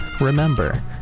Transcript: remember